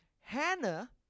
Hannah